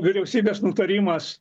vyriausybės nutarimas